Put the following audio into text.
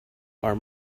are